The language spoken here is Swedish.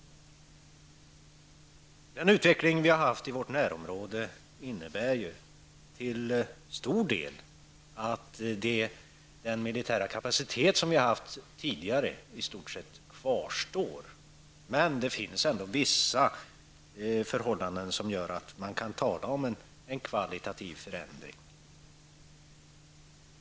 Den utveckling som vi har haft i vårt närområde innebär ju till stor del att den militära kapacitet som vi har haft tidigare i stort sett bör kvarstå, men det finns ändå vissa förhållanden som gör att man kan tala om en kvalitativ förändring.